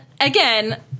again